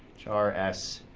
char s,